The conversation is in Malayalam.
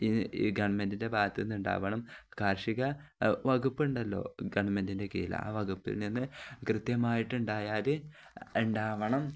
ഈ ഈ ഗവൺമെന്റിൻ്റെ ഭാഗത്തുനിന്ന് ഉണ്ടാവണം കാർഷിക വകുപ്പുണ്ടല്ലോ ഗവൺമെന്റിൻ്റെ കീഴില് ആ വകുപ്പില്നിന്നു കൃത്യമായിട്ടുണ്ടായാല് ഉണ്ടാവണം